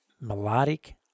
melodic